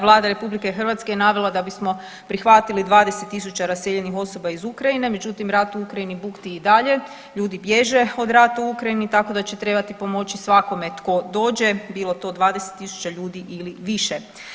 Vlada RH je navela da bismo prihvatili 20 tisuća raseljenih osoba iz Ukrajine, međutim rat u Ukrajini bukti i dalje, ljudi bježe od rata u Ukrajini, tako da će trebati pomoći svakome tko dođe, bilo to 20 tisuća ljudi ili više.